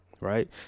Right